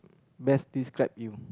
best describe you